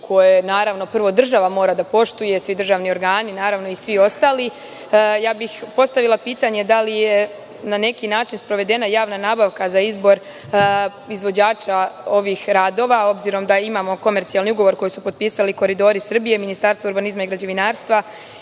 koje prvo država mora da poštuje, svi državni organi, naravno i svi ostali. Postavila bih pitanje – da li je na neki način sprovedena javna nabavka za izbor izvođača ovih radova, obzirom da imamo komercijalni ugovor koji su potpisali Koridori Srbije, Ministarstvo urbanizma i građevinarstva